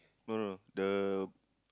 no no the